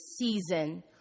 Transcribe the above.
season